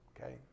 okay